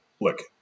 look